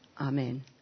Amen